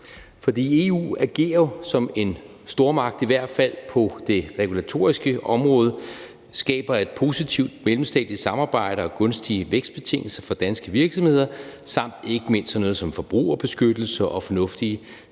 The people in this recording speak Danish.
verden. EU agerer jo som en stormagt, i hvert fald på de regulatoriske område, skaber et positivt mellemstatsligt samarbejde og gunstige vækstbetingelser for danske virksomheder samt ikke mindst sådan noget som forbrugerbeskyttelse og fornuftige standarder